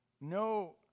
No